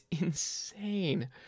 insane